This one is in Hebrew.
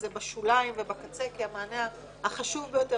זה בשוליים ובקצה כי המענה החשוב ביותר